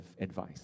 advice